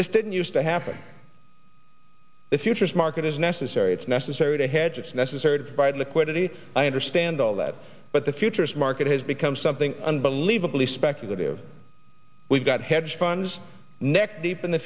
this didn't used to happen the futures market is necessary it's necessary to hedge it's necessary to provide liquidity i understand all that but the futures market has become something unbelievably speculative we've got hedge funds neck deep in the